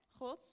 God